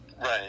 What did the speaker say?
Right